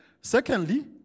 Secondly